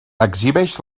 exhibeix